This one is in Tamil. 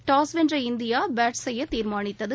டாஸ் வென்ற இந்தியா பேட் செய்ய தீர்மானதித்தது